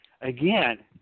again